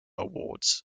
awards